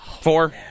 Four